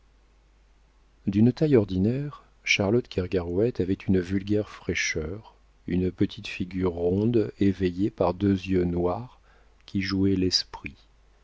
d'une taille ordinaire charlotte kergarouët avait une vulgaire fraîcheur une petite figure ronde éveillée par deux yeux noirs qui jouaient l'esprit